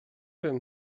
wiem